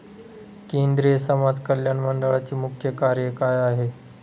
केंद्रिय समाज कल्याण मंडळाचे मुख्य कार्य काय आहे?